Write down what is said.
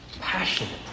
passionate